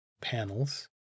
panels